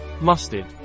mustard